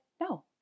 no